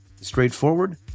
straightforward